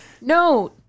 no